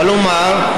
כלומר,